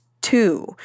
two